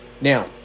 Now